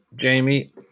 Jamie